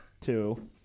two